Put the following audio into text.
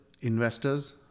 investors